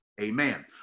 Amen